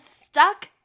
stuck